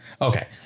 okay